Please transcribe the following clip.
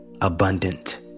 abundant